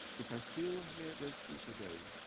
if i still had this suit today,